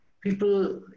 people